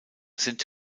sind